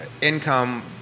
income